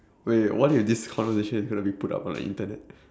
wait wait what if this conversation is going to be put up on the internet